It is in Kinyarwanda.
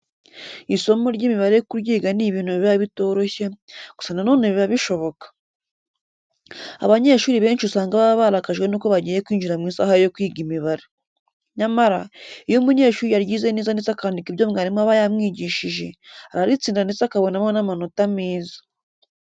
Isomo ry'imibare kuryiga ni ibintu biba bitoroshye, gusa na none biba bishoboka. Abanyeshuri benshi usanga baba barakajwe nuko bagiye kwinjira mu isaha yo kwiga imibare. Nyamara, iyo umunyeshuri yaryize neza ndetse akandika ibyo mwarimu aba yamwigishije, araritsinda ndetse akabonamo n'amanota meza.